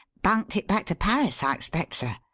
bunked it back to paris, i expect, sir,